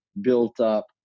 built-up